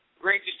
great